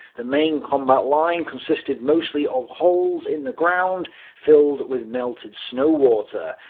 the main combat line consisted mostly of holes in the ground filled with melted snow water.